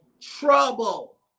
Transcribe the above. trouble